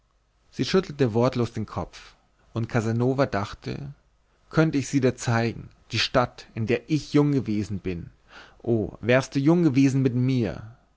sie schüttelte wortlos den kopf und casanova dachte könnt ich sie dir zeigen die stadt in der ich jung gewesen bin oh wärst du jung gewesen mit mir